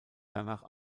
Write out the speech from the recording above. danach